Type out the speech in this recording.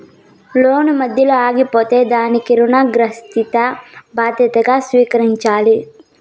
లోను మధ్యలో ఆగిపోతే దానికి రుణగ్రహీత బాధ్యతగా స్వీకరించాలి